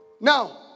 Now